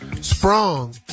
Sprung